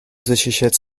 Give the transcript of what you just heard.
защищать